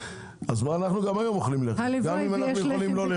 אז גם היום אנחנו אוכלים לחם גם אם אנחנו יכולים שלא.